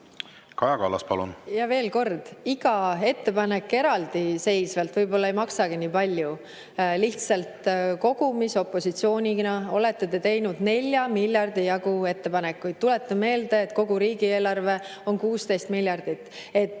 Kaja Kallas, palun! Jaa, veel kord: iga ettepanek eraldiseisvalt võib-olla ei maksagi nii palju, lihtsalt kogumis opositsioonina olete te teinud nelja miljardi jagu ettepanekuid. Tuletan meelde, et kogu riigieelarve on 16 miljardit.